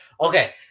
Okay